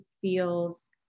feels